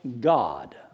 God